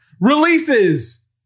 Releases